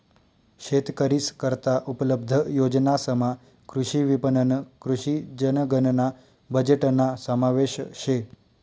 शेतकरीस करता उपलब्ध योजनासमा कृषी विपणन, कृषी जनगणना बजेटना समावेश शे